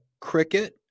cricket